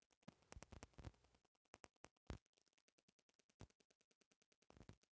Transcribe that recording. biogas ए घड़ी उर्जा उत्पदान खातिर बहुते जरुरी हो गईल बावे